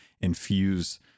infuse